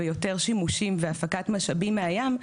ויש יותר שימושים והפקת משאבים מהים,